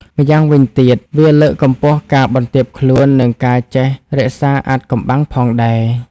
ម៉្យាងវិញទៀត វាលើកកម្ពស់ការបន្ទាបខ្លួន និងការចេះរក្សាអាថ៌កំបាំងផងដែរ។